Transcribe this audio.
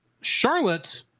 Charlotte